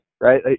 right